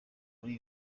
muri